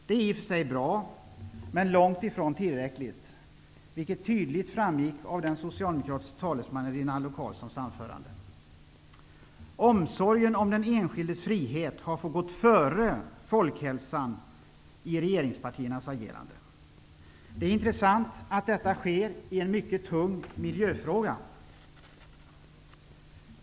Det är i och för sig bra, men långt ifrån tillräckligt, vilket tydligt framgick av den socialdemokratiska talesmannen Rinaldo Omsorgen om den enskildes frihet har fått gå före folkhälsan i regeringspartiernas agerande. Det är intressant att detta sker i en mycket tung miljöfråga.